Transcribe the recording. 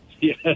yes